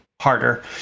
harder